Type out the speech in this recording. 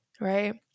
right